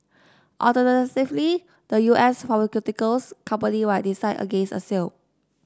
alternatively the U S pharmaceuticals company might decide against a sale